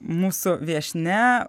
mūsų viešnia